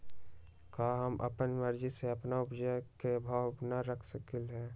का हम अपना मर्जी से अपना उपज के भाव न रख सकींले?